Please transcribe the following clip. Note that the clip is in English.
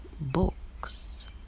books